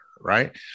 right